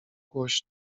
głośno